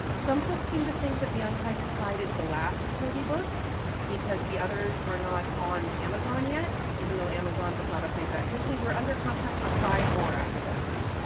ah some folks seem to think that the unkindest tide is the last toby book because the others are not on amazon yet even though amazon does not update that quickly. we're under contract for five more after this.